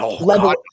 level